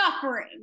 suffering